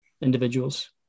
individuals